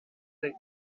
think